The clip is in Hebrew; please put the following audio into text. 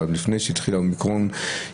לפני שהתחיל האומיקרון,